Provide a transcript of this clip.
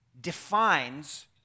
defines